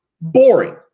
Boring